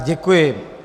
Děkuji.